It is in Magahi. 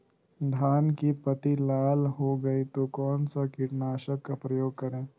धान की पत्ती लाल हो गए तो कौन सा कीटनाशक का प्रयोग करें?